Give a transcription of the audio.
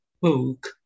book